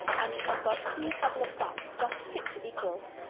and she has got three couple of ducks just fit to be killed.